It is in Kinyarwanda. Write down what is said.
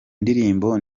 ndirimbo